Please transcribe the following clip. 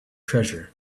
treasure